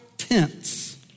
Tents